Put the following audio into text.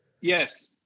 Yes